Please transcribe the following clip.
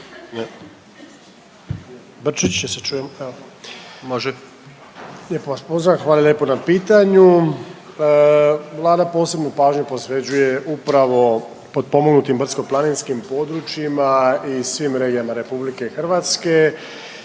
**Erlić, Šime (HDZ)** Lijepo vas pozdravljam. Hvala lijepo na pitanju. Vlada posebnu pažnju posvećuje upravo potpomognutim brdsko-planinskim područjima i svim regijama Republike Hrvatske